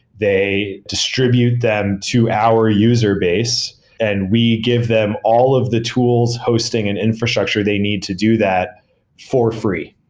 they distribute them to our user base and we give them all of the tools, hosting and infrastructure they need to do that for free.